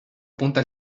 apunta